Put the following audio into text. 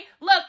look